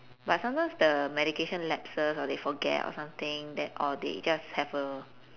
but sometimes the medication lapses or they forget or something then or they just have a